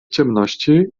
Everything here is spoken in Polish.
ciemności